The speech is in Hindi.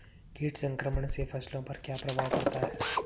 कीट संक्रमण से फसलों पर क्या प्रभाव पड़ता है?